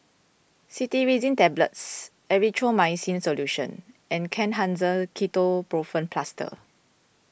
Cetirizine Tablets Erythroymycin Solution and Kenhancer Ketoprofen Plaster